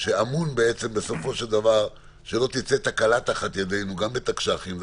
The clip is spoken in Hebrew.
שאמון על כך שלא תצא תקלה מתחת ידנו, גם בתקש"חים.